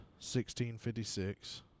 1656